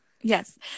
Yes